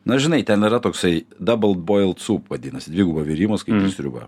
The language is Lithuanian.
na žinai ten yra toksai dabld boild sūp dvigubo virimo sriuba